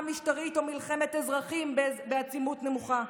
משטרית או מלחמת אזרחים בעצימות נמוכה,